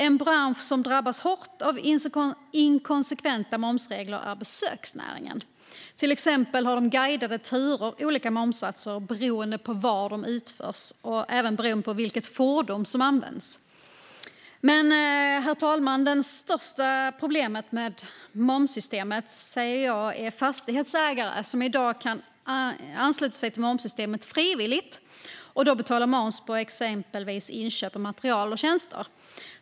En bransch som drabbas hårt av inkonsekventa momsregler är besöksnäringen. Till exempel har guidade turer olika momssatser beroende på var de utförs och även beroende på vilket fordon som används. Herr talman! Det största problemet med momssystemet är att fastighetsägare i dag kan ansluta sig till momssystemet frivilligt och då betala moms på exempelvis inköp av material och tjänster.